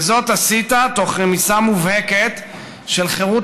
וזאת עשית תוך רמיסה מובהקת של חירות